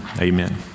amen